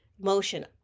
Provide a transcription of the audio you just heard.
motion